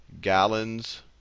gallons